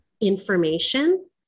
information